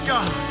God